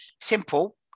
simple